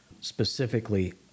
Specifically